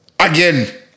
Again